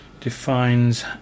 defines